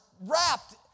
wrapped